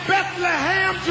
Bethlehem